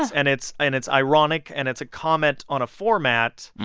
and it's and it's ironic and it's a comment on a format,